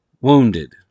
wounded